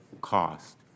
cost